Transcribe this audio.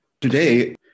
Today